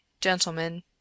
gentlemen